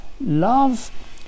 love